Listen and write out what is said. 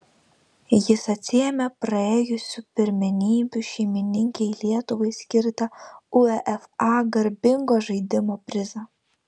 jis atsiėmė praėjusių pirmenybių šeimininkei lietuvai skirtą uefa garbingo žaidimo prizą